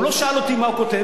הוא לא שאל אותי מה הוא כותב,